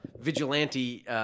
vigilante